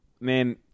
man